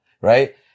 right